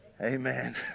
Amen